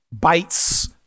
bites